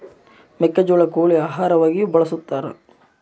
ಮೆಕ್ಕೆಜೋಳ ಕೋಳಿ ಆಹಾರವಾಗಿಯೂ ಬಳಸತಾರ